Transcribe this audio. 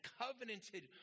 covenanted